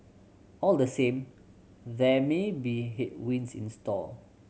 all the same there may be headwinds in store